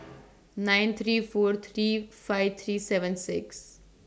nine three four three five three seven six